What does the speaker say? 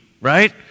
right